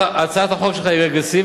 הצעת החוק שלך היא רגרסיבית,